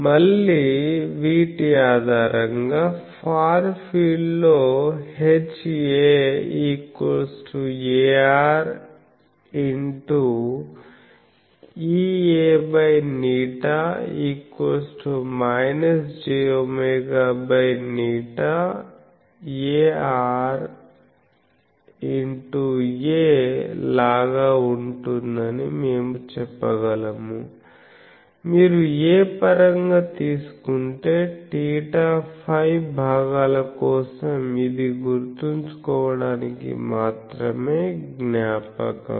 మళ్ళీ వీటి ఆధారంగా ఫార్ ఫీల్డ్ లో HA≃ar x EAղ jwղ arxA లాగా ఉంటుందని మేము చెప్పగలము మీరు A పరంగా తీసుకుంటే θ φ భాగాల కోసం ఇది గుర్తుంచుకోవడానికి మాత్రమే జ్ఞాపకం